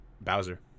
Bowser